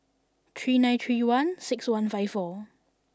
three nine three one six one five four